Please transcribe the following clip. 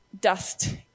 Dust